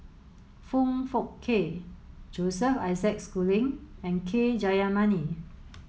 Foong Fook Kay Joseph Isaac Schooling and K Jayamani